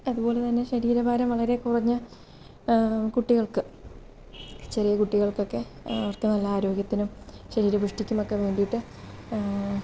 അതുപോലെ തന്നെ ശരീരഭാരം വളരെ കുറഞ്ഞ കുട്ടികൾക്കു ചെറിയ കുട്ടികൾക്കൊക്കെ നല്ല ആരോഗ്യത്തിനും ശരീരപുഷ്ടിക്കും ഒക്കെ വേണ്ടിയിട്ടു